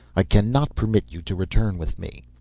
i cannot permit you to return with me.